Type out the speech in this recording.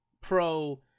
Pro